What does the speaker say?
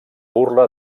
burla